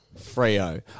Frio